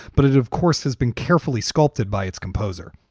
but it, of course, has been carefully sculpted by its composer